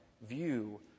view